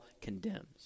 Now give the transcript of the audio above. condemns